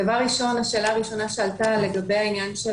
השאלה הראשונה שעלתה הייתה לגבי העניין של